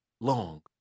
long